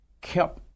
kept